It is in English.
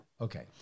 Okay